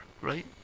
right